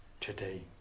Today